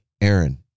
Aaron